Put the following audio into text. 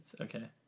okay